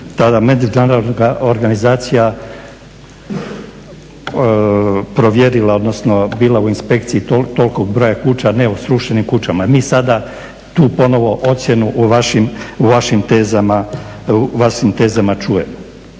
odnosno bila u inspekciji tolikog broja kuća, ne u srušenim kućama. Mi sada tu ponovo ocjenu u vašim tezama čujemo.